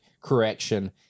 correction